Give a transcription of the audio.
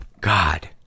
God